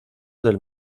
del